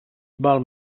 val